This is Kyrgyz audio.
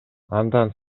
андан